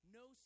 no